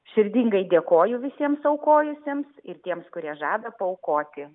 širdingai dėkoju visiems aukojusiems ir tiems kurie žada paaukoti